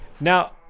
Now